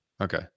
Okay